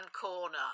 corner